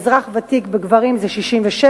אזרח ותיק בגברים זה 67,